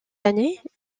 années